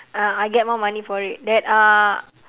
uh I get more money for it that uh